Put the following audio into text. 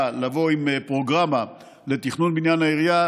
לבוא עם פרוגרמה לתכנון בניין העירייה,